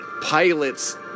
pilots